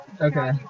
Okay